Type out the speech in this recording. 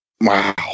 wow